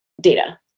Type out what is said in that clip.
data